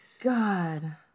God